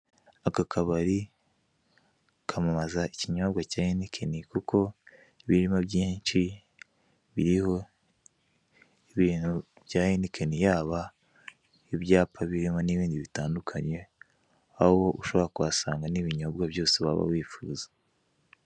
Aka kabari kamamaza ikinyobwa cya henikeni kuko ibirimo byinshi biriho ibintu bya henikeni yaba ibyapa birimo n'ibindi bitandukanye aho ushobora kuhasanga n'ibinyobwa byose waba wifuza.